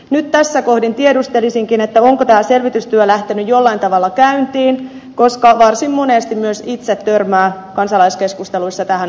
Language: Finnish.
nyt tässä kohdin tiedustelisinkin onko tämä selvitystyö lähtenyt jollain tavalla käyntiin koska varsin monesti myös itse törmään kansalaiskeskusteluissa tähän aiheeseen